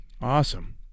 Awesome